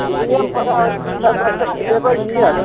फ्रियेमे पढ़ाइ होइ छै तऽ बच्चाके देबय कियै नहि